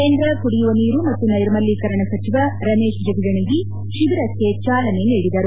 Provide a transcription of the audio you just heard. ಕೇಂದ್ರ ಕುಡಿಯುವ ನೀರು ಮತ್ತು ನೈರ್ಮಲ್ಯೀಕರಣ ಸಚಿವ ರಮೇಶ್ ಜಗಜಿಣಗಿ ಶಿಬಿರಕ್ಕೆ ಚಾಲನೆ ನೀಡಿದರು